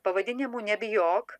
pavadinimu nebijok